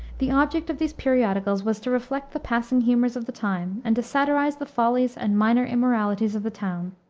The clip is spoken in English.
the object of these periodicals was to reflect the passing humors of the time, and to satirize the follies and minor immoralities of the town.